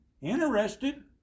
interested